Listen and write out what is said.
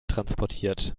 transportiert